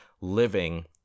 living